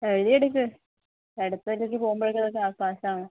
എഴുതിയെടുക്ക് അടുത്തതിലേക്ക് പോകുമ്പോഴേക്കും ഇതൊക്കെ പാസ്സാകണം